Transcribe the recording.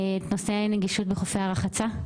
את נושא הנגישות בחופי הרחצה.